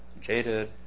jaded